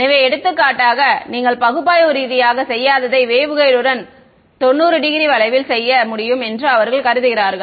எனவே எடுத்துக்காட்டாக நீங்கள் பகுப்பாய்வு ரீதியாக செய்யாததை வேவ்கைடு ன் 90 டிகிரி வளைவில் செய்ய முடியும் என்று அவர்கள் கருதுகிறார்கள்